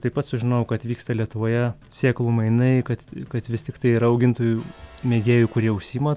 taip pat sužinojau kad vyksta lietuvoje sėklų mainai kad kad vis tiktai ir augintojų mėgėjų kurie užsiima